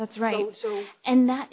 that's right and that